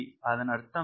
அதன் அர்த்தம் என்ன